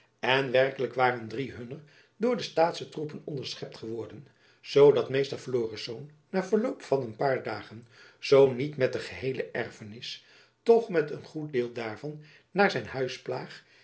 en werkelijk waren drie hunner door de staatsche troepen onderschept geworden zoodat meester florisz na verloop van een paar dagen zoo niet met de geheele erfenis toch met een goed deel daarvan naar zijn